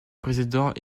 président